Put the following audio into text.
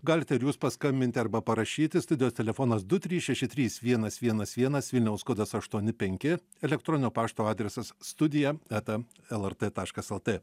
galite ir jūs paskambinti arba parašyti studijos telefonas du trys šeši trys vienas vienas vienas vilniaus kodas aštuoni penki elektroninio pašto adresas studija eta lrt taškas lt